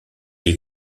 est